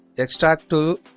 extract to